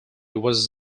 was